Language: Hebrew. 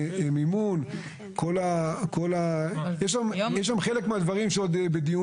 כל מיני דברים שיכולים